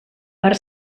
per